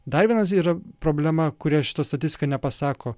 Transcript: dar vienas yra problema kurią šita statistika nepasako